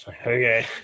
Okay